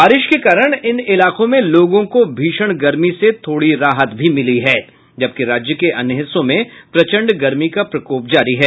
बारिश के कारण इन इलाकों में लोगों को भीषण गर्मी से थोड़ी राहत मिली है जबकि राज्य के अन्य हिस्सों में प्रचंड गर्मी का प्रकोप जारी है